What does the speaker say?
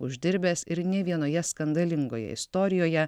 uždirbęs ir ne vienoje skandalingoje istorijoje